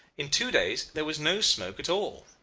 in two days there was no smoke at all.